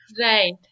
right